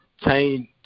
change